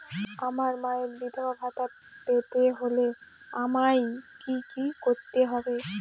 আমার মায়ের বিধবা ভাতা পেতে হলে আমায় কি কি করতে হবে?